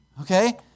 Okay